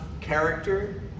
character